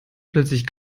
plötzlich